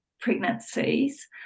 pregnancies